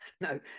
no